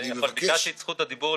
אדוני היושב-ראש,